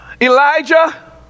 Elijah